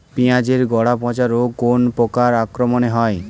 পিঁয়াজ এর গড়া পচা রোগ কোন পোকার আক্রমনে হয়?